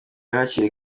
hakiri